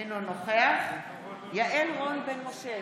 אינו נוכח יעל רון בן משה,